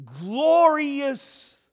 glorious